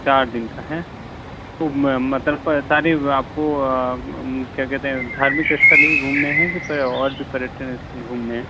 चार दिन का है तो मतलब सारे आपको क्या कहते हैं धार्मिक स्थल ही घूमने हैं या और भी पर्यटन स्थल घूमने हैं